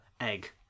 egg